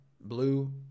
blue